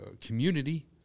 community